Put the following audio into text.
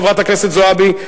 חברת הכנסת זועבי.